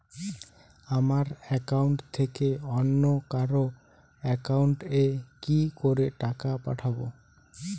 আমার একাউন্ট থেকে অন্য কারো একাউন্ট এ কি করে টাকা পাঠাবো?